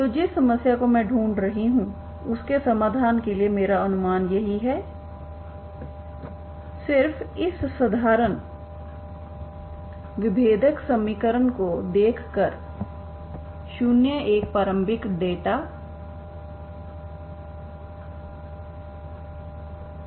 तो जिस समस्या को मैं ढूंढ रही हूं उसके समाधान के लिए मेरा अनुमान यही है सिर्फ इस साधारण विभेदक समीकरण को देख कर शून्य एक प्रारंभिक डेटा के